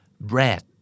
Bread